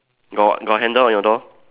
got got handle on your door